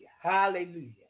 Hallelujah